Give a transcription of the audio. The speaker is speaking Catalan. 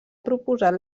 proposat